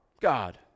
God